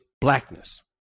blackness